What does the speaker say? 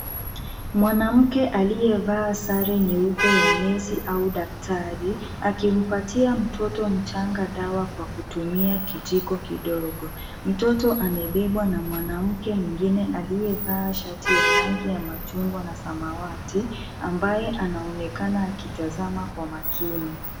Mwanamke aliyevaa sare nyeupe ya nesi au daktari, akimpatia mtoto mchanga dawa kwa kutumia kijiko kidogo. Mtoto amebebwa na mwanamke mwingine aliyevaa shati ya rangi ya machungwa na samawati ambaye anaonekana akitazama kwa makini.